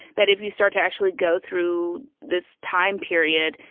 that if you start to actually go through this time period,